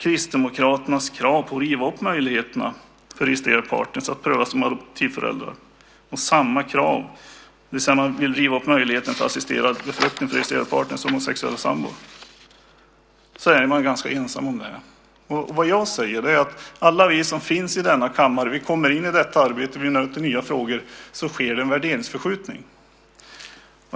Kristdemokraterna vill riva upp möjligheten för registrerade partner att prövas som adoptivföräldrar och möjligheten till assisterad befruktning för registrerade partner och homosexuella sambor. Det är man ganska ensam om. Alla vi som finns i denna kammare kommer in i detta arbete och möter nya frågor. Då sker det en värderingsförskjutning.